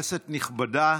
כנסת נכבדה,